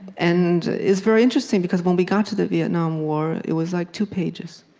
and it's very interesting, because when we got to the vietnam war, it was like two pages.